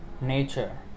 nature